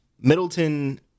Middleton